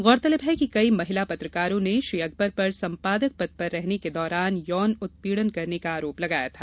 गौरतलब है कि कई महिला पत्रकारों ने श्री अकबर पर संपादक पद पर रहने के दौरान यौन उत्पीडन करने का आरोप लगाया था